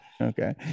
okay